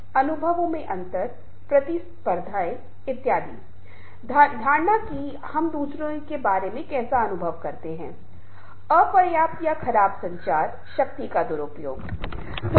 इसलिए इन दो खंडों को हालांकि यह स्पष्ट नहीं किया गया है कि हमारी बातचीत में बहुत बारीकी से एक साथ जुड़े हुए हैं और आप दोनों को जोड़ सकते हैं और मेरे साथ दिलचस्प विचार रख सकते हैं